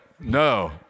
No